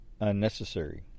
unnecessary